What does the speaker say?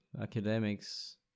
academics